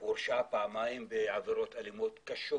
הוא הורשע פעמיים בעבירות אלימות קשות